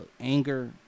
anger